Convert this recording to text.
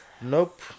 Nope